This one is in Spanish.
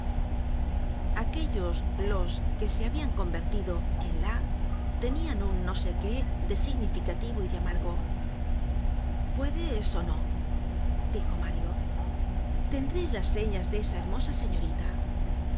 aquellos los que se habian convertido en la tenian un no sé qué de significativo y de amargo puedes ó no dijo mario tendreis la señas de esa hermosa señorita